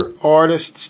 artists